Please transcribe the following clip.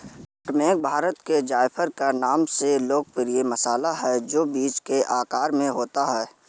नट मेग भारत में जायफल के नाम से लोकप्रिय मसाला है, जो बीज के आकार में होता है